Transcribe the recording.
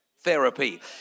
Therapy